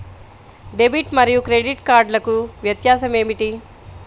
Debit మరియు credit కార్డ్లకు వ్యత్యాసమేమిటీ?